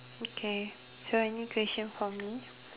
okay so any question for me